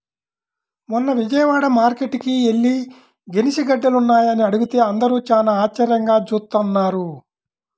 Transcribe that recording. మొన్న విజయవాడ మార్కేట్టుకి యెల్లి గెనిసిగెడ్డలున్నాయా అని అడిగితే అందరూ చానా ఆశ్చర్యంగా జూత్తన్నారు